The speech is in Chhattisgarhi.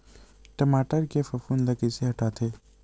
टमाटर के फफूंद ल कइसे हटाथे?